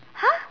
!huh!